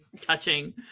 touching